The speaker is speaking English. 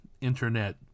internet